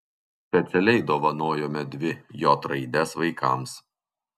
specialiai dovanojome dvi j raides vaikams